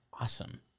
awesome